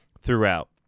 throughout